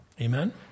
Amen